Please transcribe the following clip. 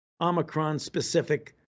Omicron-specific